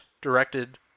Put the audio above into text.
directed